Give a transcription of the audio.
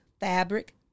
fabric